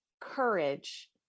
courage